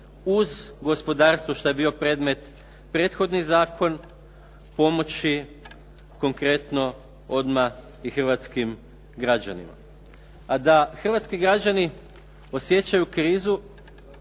uz gospodarstvo, što je bio predmet prethodni zakon, pomoći konkretno odmah i hrvatskim građanima. A da hrvatski građani osjećaju krizu